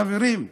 חברים,